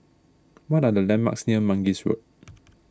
what are the landmarks near Mangis Road